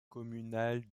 communale